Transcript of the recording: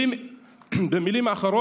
במילים אחרות,